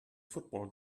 football